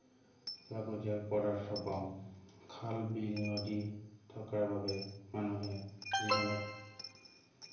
লাগতীয়াল পদাৰ্থ পাওঁ খাল বিল নদী থকাৰ বাবে মানুহে জীৱনত